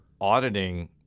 auditing